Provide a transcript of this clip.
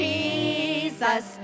Jesus